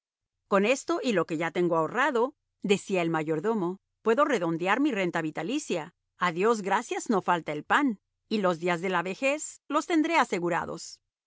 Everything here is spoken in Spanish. con esto y lo que ya tengo ahorrado decía el mayordomo puedo redondear mi renta vitalicia a dios gracias no falta el pan y los días de la vejez los tendré asegurados